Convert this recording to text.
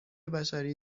بشری